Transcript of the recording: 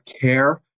care